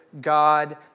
God